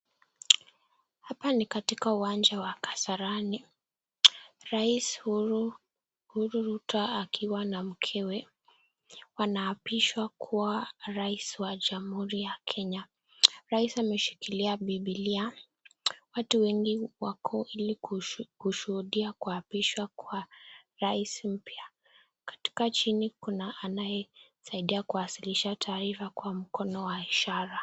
Hapa ni katika uwanja wa Kasarani. Rais Uhuru Rutto akiwa na mkewe wanaabishwa kuwa rais wa jamhuri ya Kenya. Rais ameshikilia bibilia watu wengi wako ili kushuhudia kuabishwa kwa rais mpya. Katika jini kuna anayesaidia kuwasilisha taarifa kwa mkono wa ishara.